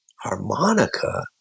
harmonica